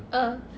uh